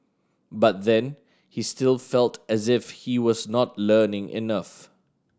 but then he still felt as if he was not learning enough